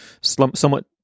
somewhat